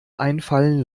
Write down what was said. einfallen